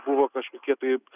buvo kažkokie tai